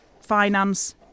finance